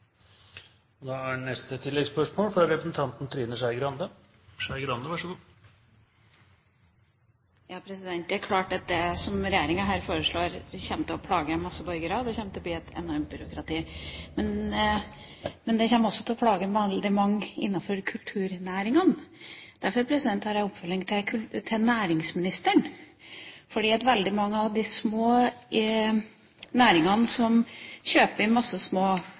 Trine Skei Grande – til oppfølgingsspørsmål. Det er klart at det som regjeringa her foreslår, kommer til å plage mange borgere, og det kommer til å bli et enormt byråkrati. Men det kommer også til å plage mange innenfor kulturnæringene. Derfor har jeg et oppfølgingsspørsmål til næringsministeren. Veldig mange av de små næringene kjøper inn små filer og bruker f.eks. grafisk design, og kunstnere som er sjølstendig næringsdrivende, bruker denne type filer, som de kjøper